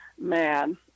man